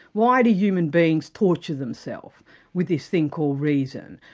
why do human beings torture themselves with this thing called reason?